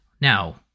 Now